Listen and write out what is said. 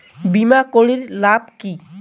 বিমা করির লাভ কি?